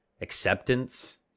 acceptance